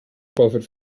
profit